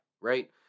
right